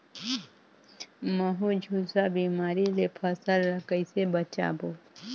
महू, झुलसा बिमारी ले फसल ल कइसे बचाबो?